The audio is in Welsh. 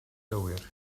gywir